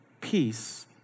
Peace